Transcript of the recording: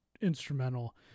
instrumental